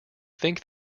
think